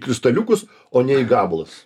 kristaliukus o ne į gabalus